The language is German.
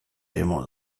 immer